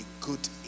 good